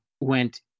went